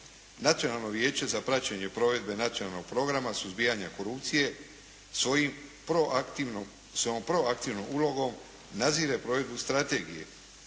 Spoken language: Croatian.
Nacionalno vijeće za praćenje provedbe nacionalnog programa suzbijanja korupcije svojom proaktivnom ulogom nazire provedbu strategije,